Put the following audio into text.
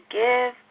give